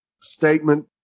statement